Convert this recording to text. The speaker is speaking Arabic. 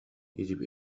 يجب